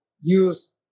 use